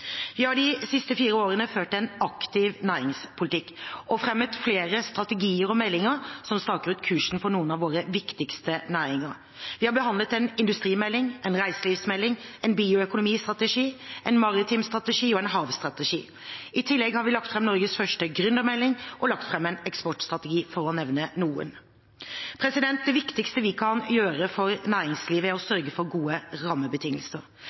Vi har de siste fire årene ført en aktiv næringspolitikk og fremmet flere strategier og meldinger som staker ut kursen for noen av våre viktigste næringer. Vi har behandlet en industrimelding, en reiselivsmelding, en bioøkonomistrategi, en maritim strategi og en havstrategi. I tillegg har vi lagt fram Norges første gründermelding og lagt fram en eksportstrategi – for å nevne noen. Det viktigste vi kan gjøre for næringslivet, er å sørge for gode rammebetingelser.